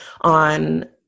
on